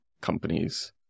companies